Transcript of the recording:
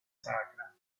sacra